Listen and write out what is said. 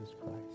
Christ